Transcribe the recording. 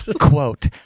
Quote